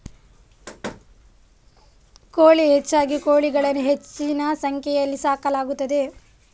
ಕೋಳಿ ಹೆಚ್ಚಾಗಿ ಕೋಳಿಗಳನ್ನು ಹೆಚ್ಚಿನ ಸಂಖ್ಯೆಯಲ್ಲಿ ಸಾಕಲಾಗುತ್ತದೆ